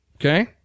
Okay